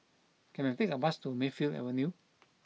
can I take a bus to Mayfield Avenue